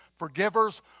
forgivers